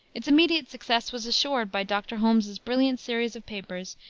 its immediate success was assured by dr. holmes's brilliant series of papers,